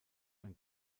ein